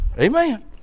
Amen